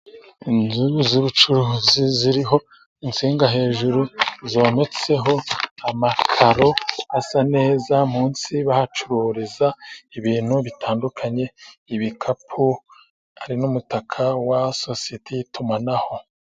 Inzu z'ubucuruzi ziriho insinga hejuru, zometseho amakaro asa neza, munsi bahacururiza ibintu bitandukanye: ibikapu, hari n'umutaka wa sosiyete y'itumanaho.